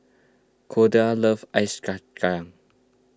Kordell loves ice